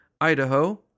Idaho